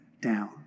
down